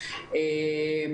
רישיונות.